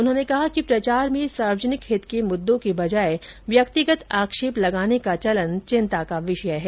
उन्होंने कहा कि प्रचार में सार्वजनिक हित के मुद्दों के बजाय व्यक्तिगत आक्षेप लगाने का चलन चिंता का विषय है